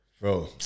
Bro